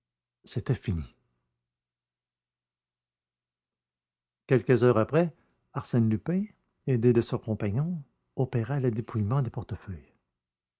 c'était fini quelques heures après arsène lupin aidé de son compagnon opéra le dépouillement des portefeuilles